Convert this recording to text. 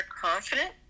confident